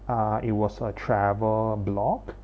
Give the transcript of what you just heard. uh it was a travel blog